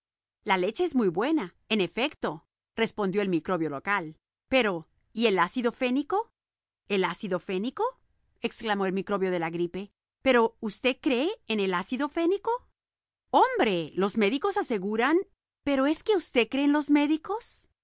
la leche es muy buena en efecto respondió el microbio local pero y el ácido fénico el ácido fénico exclamó el microbio de la gripe pero usted cree en el ácido fénico hombre los médicos aseguran pero es que cree usted en los médicos